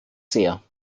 sehr